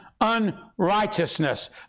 unrighteousness